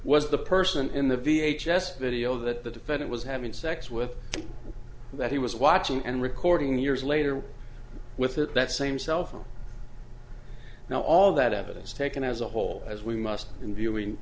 was the person in the v h s video that the defendant was having sex with that he was watching and recording years later with it that same cell phone now all that evidence taken as a whole as we must in view in